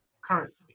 currently